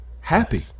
happy